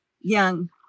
young